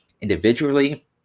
individually